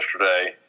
yesterday